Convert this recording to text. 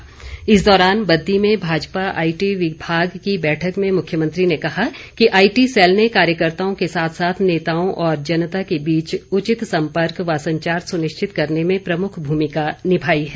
भाजपा इस दौरान बद्दी में भाजपा आईटी विभाग की बैठक में मुख्यमंत्री ने कहा कि आईटी सैल ने कार्यकर्ताओं के साथ साथ नेताओं और जनता के बीच उचित संपर्क व संचार सुनिश्चित करने में प्रमुख भूमिका निभाई है